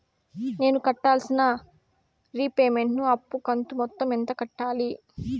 నేను కట్టాల్సిన రీపేమెంట్ ను అప్పు కంతు మొత్తం ఎంత కట్టాలి?